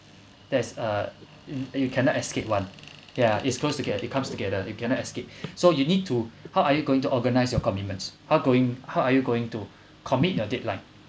there's uh you cannot escape [one] yeah it's goes together it comes together you cannot escape so you need to how are you going to organise your commitments how going how are you going to commit your deadline